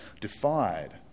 defied